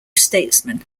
statesman